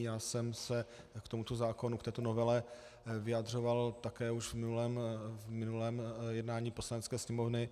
Já jsem se k tomuto zákonu, k této novele, vyjadřoval také už v minulém jednání Poslanecké sněmovny.